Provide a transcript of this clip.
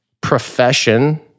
profession